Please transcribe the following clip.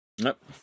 Nope